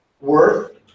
worth